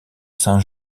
saint